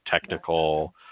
technical